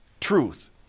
Truth